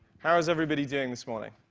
how's everybody doing this morning?